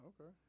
Okay